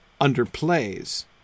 underplays